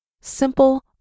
Simple